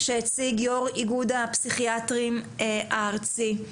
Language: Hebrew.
שהציג יו"ר אגוד הפסיכיאטרים הארצי.